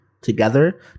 together